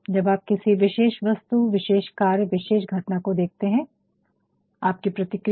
जब आप किसी विशेष वस्तु विशेष कार्य विशेष घटना को देखते हैं आपकी प्रतिक्रिया